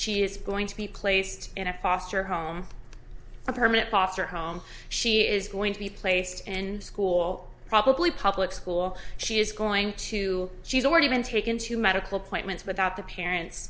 she is going to be placed in a foster home a permanent foster home she is going to be placed and school probably public school she is going to she's already been taken to medical appointments but that the parents